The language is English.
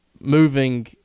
moving –